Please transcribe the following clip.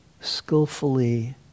skillfully